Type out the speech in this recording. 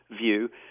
view